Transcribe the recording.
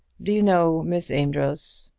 do you know, miss amedroz,